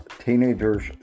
teenagers